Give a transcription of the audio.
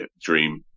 dream